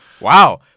Wow